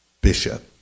bishop